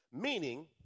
meaning